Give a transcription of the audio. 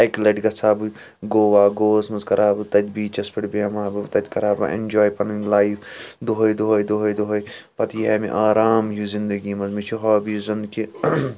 اَکہِ لَٹہِ گَژھ ہا بہٕ گوا گوہس منٛز کَرٕہا بہٕ تَتہِ بِیٖچَس پؠٹھ بیٚہما بہٕ تَتہِ کَرٕہا بہٕ ایٚنجاے پَنٕنۍ لایِف دۄہَے دۄہَے دۄہَے دۄہَے پَتہٕ یی ہا مےٚ آرام ہیٚو زِنٛدگِی منٛز مےٚ چھِ ہابِیٖز زَن کہِ